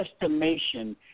estimation